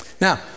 Now